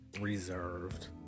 reserved